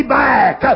back